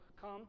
come